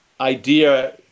idea